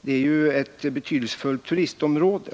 det är ju ett viktigt turistområde.